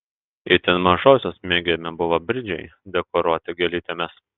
itin mažosios mėgiami buvo bridžiai dekoruoti gėlytėmis